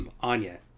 Anya